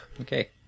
Okay